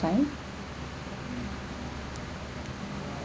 time